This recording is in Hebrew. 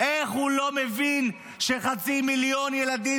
איך הוא לא מבין שחצי מיליון ילדים